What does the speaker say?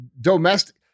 domestic